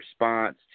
response